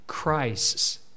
Christ's